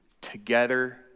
together